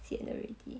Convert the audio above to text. sian already